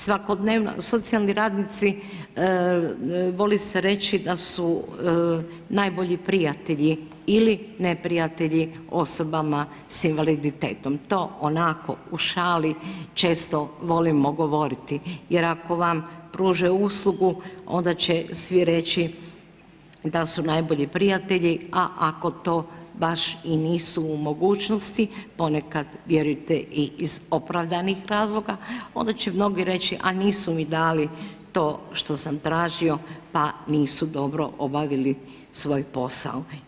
Svakodnevno socijali radnici, voli se reći da u najbolji prijatelji ili neprijatelji osobama s invaliditetom, to onako u šali često volimo govoriti, jer ako vam pruže uslugu ona će svi reći da su najbolji prijatelji, a ako to baš i nisu u mogućnosti poneka vjerujte i iz opravdanih razloga onda će mnogi reći, a nisu mi dali to što sam tražio pa nisu dobro obavili svoj posao.